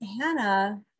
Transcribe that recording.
Hannah